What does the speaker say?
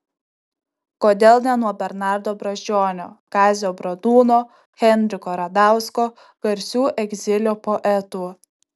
kodėl ne nuo bernardo brazdžionio kazio bradūno henriko radausko garsių egzilio poetų